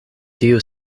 tiu